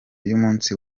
y’umunsi